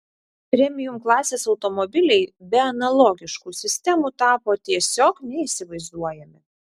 premium klasės automobiliai be analogiškų sistemų tapo tiesiog neįsivaizduojami